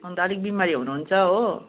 अन्त अलिकति बिमारी हुनु हुन्छ हो